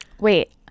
Wait